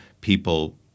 people